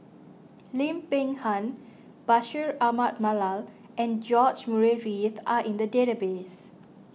Lim Peng Han Bashir Ahmad Mallal and George Murray Reith are in the database